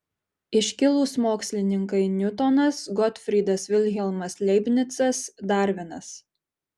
iškilūs mokslininkai niutonas gotfrydas vilhelmas leibnicas darvinas